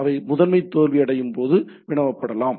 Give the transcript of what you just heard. அவை முதன்மை தோல்வியடையும் போது வினவப்படலாம்